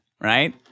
right